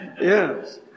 Yes